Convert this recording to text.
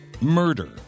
murder